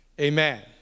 Amen